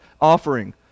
offering